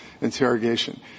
interrogation